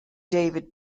david